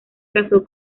casó